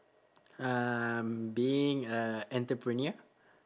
um being a entrepreneur